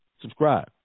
Subscribe